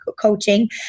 coaching